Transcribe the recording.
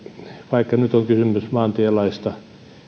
vaikka nyt on kysymys maantielaista